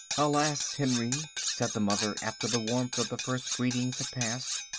alas, henry, said the mother after the warmth of the first greetings had passed,